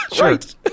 right